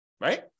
Right